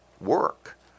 work